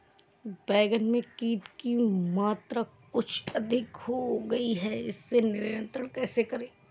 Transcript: बैगन में कीट की मात्रा बहुत अधिक हो गई है इसे नियंत्रण कैसे करें?